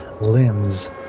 limbs